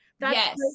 Yes